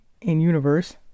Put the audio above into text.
in-universe